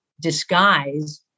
disguise